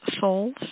souls